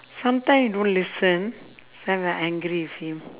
sometime don't listen then I'll angry with him